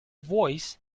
voice